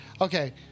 Okay